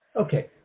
Okay